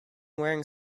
wearing